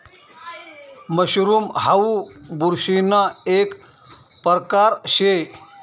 mushroom हाऊ बुरशीना एक परकार शे